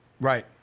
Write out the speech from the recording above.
Right